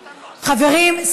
חברים,